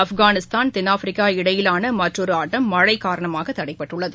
ஆப்கானிஸ்தான் தென்னாப்பிரிக்கா இடையிலான மற்றொரு ஆட்டம் மழழ காரணமாக தடைபட்டுள்ளது